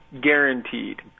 guaranteed